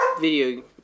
video